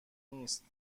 نیست